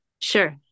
Sure